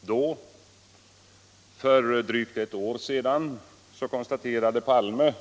Vid det tillfället, för drygt ett år sedan, konstaterade herr Palme: